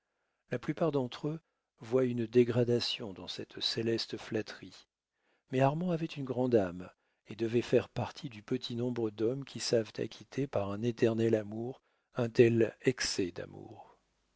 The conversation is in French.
la plupart d'entre eux voient une dégradation dans cette céleste flatterie mais armand avait une grande âme et devait faire partie du petit nombre d'hommes qui savent acquitter par un éternel amour un tel excès d'amour